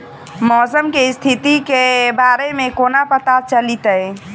मौसम केँ स्थिति केँ बारे मे कोना पत्ता चलितै?